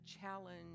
challenge